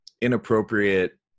inappropriate